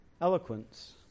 eloquence